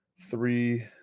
three